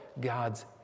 God's